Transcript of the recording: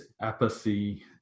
apathy